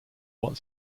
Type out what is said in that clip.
what